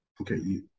Okay